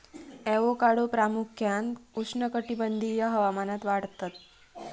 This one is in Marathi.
ॲवोकाडो प्रामुख्यान उष्णकटिबंधीय हवामानात वाढतत